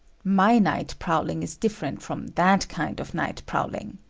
my night prowling is different from that kind of night prowling.